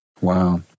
Wow